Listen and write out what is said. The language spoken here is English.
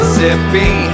Mississippi